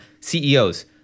CEOs